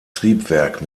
triebwerk